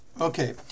Okay